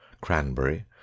cranberry